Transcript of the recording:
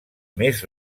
més